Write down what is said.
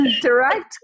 Direct